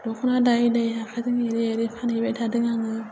दख'ना दायै दायै आखाइजों एरै एरै फानहैबाय थादों आङो